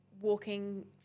walking